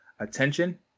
Attention